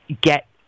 get